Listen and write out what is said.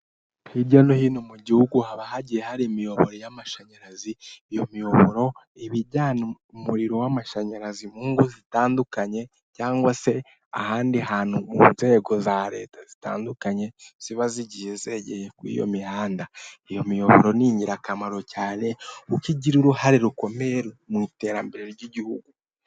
Hirya no hino mu gihugu haba hagiye hari imironko y'amashinyarazi. Iyo miyoboro mu ngo zitandukanye cyangwa se ahandi hantu mu nzego za leta zitandukanye, ziba zigiye zegeye kuri iyo mihanda, iyo mironko ni ingirakamaro cyane kuko igira uruhare rukomeye mu iterambere ry'igihugu.